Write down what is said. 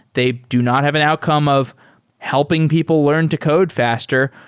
they do not have an outcome of helping people learn to code faster,